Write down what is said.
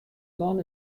man